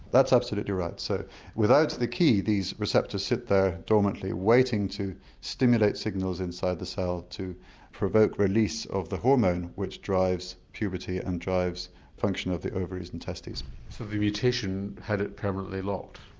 that's absolutely right so without the key these receptors sit there dormantly waiting to stimulate signals inside the cell to provoke release of the hormone which drives puberty and drives function of the ovaries and testes. so the mutation had it permanently locked?